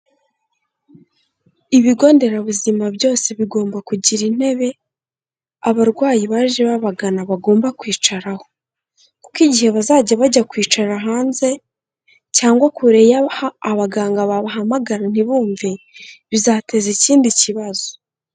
Ibigo nderabuzima byose bigomba kugira intebe, abarwayi baje babagana bagomba kwicaraho. Kuko igihe bazajya bajya kwicara hanze cyangwa kure yaho abaganga babahamagara ntibumve bizateza ikindi kibazo.